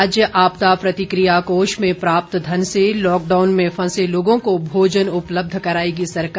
राज्य आपदा प्रतिक्रिया कोष में प्राप्त धन से लॉकडाउन में फंसे लोगों को भोजन उपलब्ध कराएगी सरकार